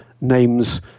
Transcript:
names